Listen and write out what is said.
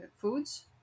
foods